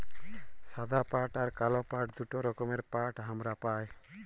সাদা পাট আর কাল পাট দুটা রকমের পাট হামরা পাই